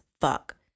fuck